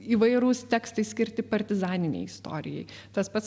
įvairūs tekstai skirti partizaninei istorijai tas pats